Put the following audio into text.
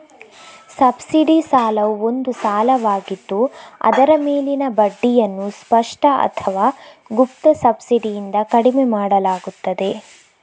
subsidy ಸಾಲವು ಒಂದು ಸಾಲವಾಗಿದ್ದು ಅದರ ಮೇಲಿನ ಬಡ್ಡಿಯನ್ನು ಸ್ಪಷ್ಟ ಅಥವಾ ಗುಪ್ತ ಸಬ್ಸಿಡಿಯಿಂದ ಕಡಿಮೆ ಮಾಡಲಾಗುತ್ತದೆ